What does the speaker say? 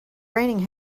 raining